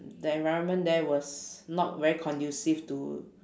the environment there was not very conducive to